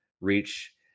reach